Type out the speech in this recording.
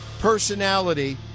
personality